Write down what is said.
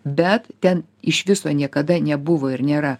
bet ten iš viso niekada nebuvo ir nėra